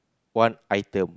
one item